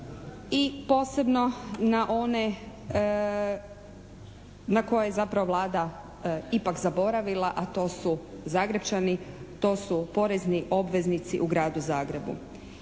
i posebno na one na koje zapravo Vlada ipak zaboravila, a to su Zagrepčani, to su porezni obveznici u Gradu Zagrebu.